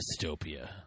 dystopia